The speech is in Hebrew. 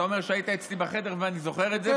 אתה אומר שהיית אצלי בחדר ואני זוכר את זה,